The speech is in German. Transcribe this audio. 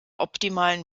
optimalen